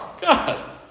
God